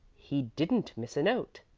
he didn't miss a note,